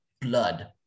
blood